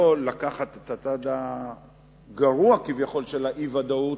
לא לקחת את הצד הגרוע כביכול של האי-ודאות,